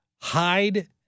hide